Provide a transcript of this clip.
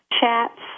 chats